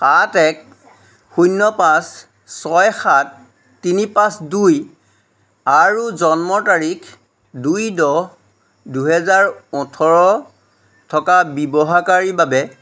সাত এক শূন্য পাঁচ ছয় সাত তিনি পাঁচ দুই আৰু জন্মৰ তাৰিখ দুই দহ দুহেজাৰ ওঠৰ থকা ব্যৱহাৰকাৰীৰ বাবে